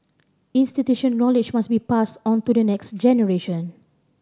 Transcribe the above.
institutional knowledge must be passed on to the next generation